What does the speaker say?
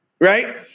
right